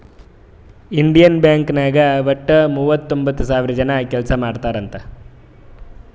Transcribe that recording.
Indian bank ನಾಗ್ ವಟ್ಟ ಮೂವತೊಂಬತ್ತ್ ಸಾವಿರ ಜನ ಕೆಲ್ಸಾ ಮಾಡ್ತಾರ್ ಅಂತ್